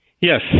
Yes